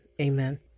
Amen